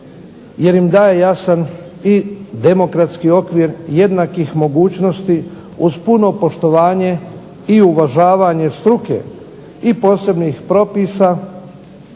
jer im daje jasan i demokratski okvir jednakih mogućnosti uz puno poštovanje i uvažavanje struke i posebnih propisa